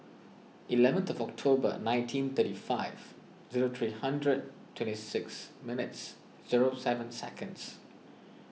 eleventh of October nineteen thirty five zero three hundred twenty six minutes zero seven seconds